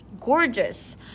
gorgeous